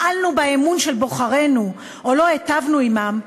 מעלנו באמון של בוחרינו או לא היטבנו עמם,